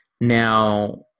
Now